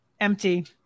Empty